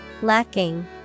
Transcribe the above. Lacking